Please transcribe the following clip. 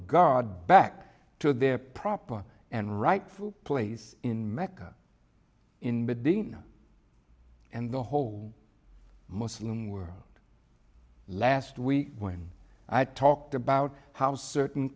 god back to their proper and rightful place in mecca in medina and the whole muslim world last week when i talked about how certain